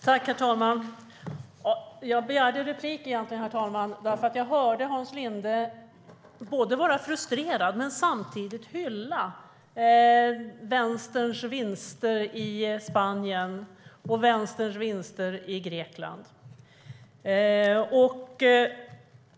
Herr talman! Jag begärde replik för att jag hörde Hans Linde vara frustrerad över och samtidigt hylla vänsterns vinst i Spanien och Grekland.